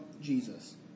Jesus